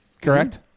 correct